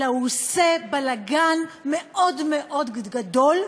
אלא הוא עושה בלגן מאוד מאוד גדול,